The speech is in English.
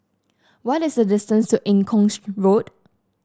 what is the distance to Eng Kong Road